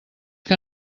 que